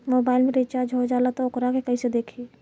Mobile में recharge हो जाला त वोकरा के कइसे देखी?